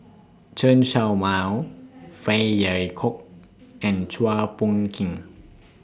Chen Show Mao Phey Yew Kok and Chua Phung Kim